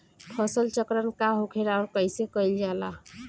फसल चक्रण का होखेला और कईसे कईल जाला?